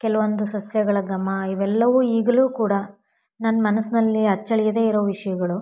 ಕೆಲವೊಂದು ಸಸ್ಯಗಳ ಘಮ ಇವೆಲ್ಲವೂ ಈಗಲೂ ಕೂಡ ನನ್ನ ಮನಸ್ಸಿನಲ್ಲಿ ಅಚ್ಚಳಿಯದೇ ಇರೋ ವಿಷಯಗಳು